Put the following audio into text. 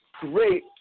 great